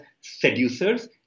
seducers